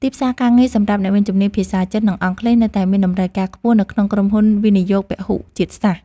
ទីផ្សារការងារសម្រាប់អ្នកមានជំនាញភាសាចិន និងអង់គ្លេសនៅតែមានតម្រូវការខ្ពស់នៅក្នុងក្រុមហ៊ុនវិនិយោគពហុជាតិសាសន៍។